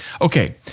Okay